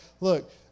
look